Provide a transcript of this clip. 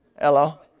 Hello